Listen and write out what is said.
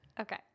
Okay